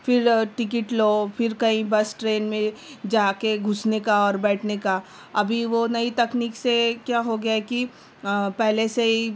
پھر ٹکٹ لو پھر کئی بس ٹرین میں جا کے گھسنے کا اور بیٹھنے کا ابھی وہ نئی تکنیک سے کیا ہو گیا کہ پہلے سے ہی